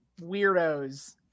weirdos